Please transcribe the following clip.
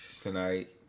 tonight